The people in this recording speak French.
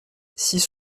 six